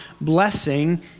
blessing